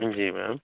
ਜੀ ਮੈਮ